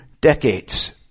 decades